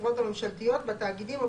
בחברות הממשלתיות, בתאגידים או